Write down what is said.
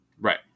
Right